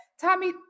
Tommy